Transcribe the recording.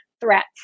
threats